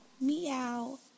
meow